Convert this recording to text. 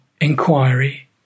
inquiry